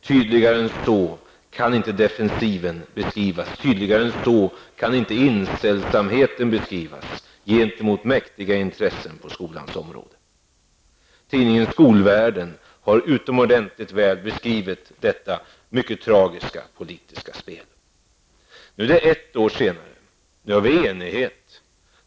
Tydligare än så kan inte defensiven beskrivas, och tydligare än så kan inte inställsamheten mot mäktiga intressen på skolans område beskrivas. Tidningen Skolvärlden har utomordentligt väl beskrivit detta mycket tragiska politiska spel. Nu är det ett år senare, och nu har vi enighet.